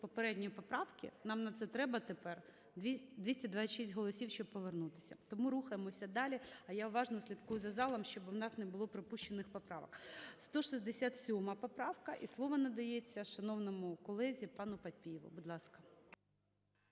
попередньої поправки, нам на це треба тепер 226 голосів, щоб повернутися. Тому рухаємося далі, а я уважно слідкую за залом, щоб у нас не було пропущених поправок. 167 поправка. І слово надається шановному колезі пану Папієву. Будь ласка.